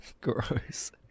Gross